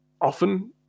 often